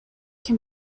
can